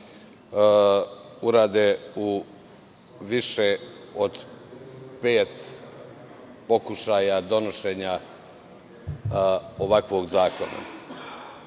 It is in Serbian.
urade u više od pet pokušaja donošenja ovakvog zakona. Dana